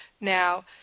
Now